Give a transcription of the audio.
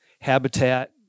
Habitat